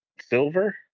silver